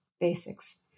basics